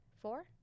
Four